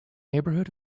neighborhood